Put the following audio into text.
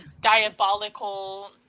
diabolical